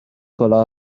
کلاه